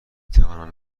توانم